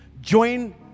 join